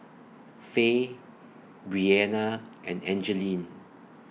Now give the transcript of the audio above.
Fay Breana and Angeline